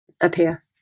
appear